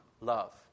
love